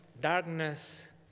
darkness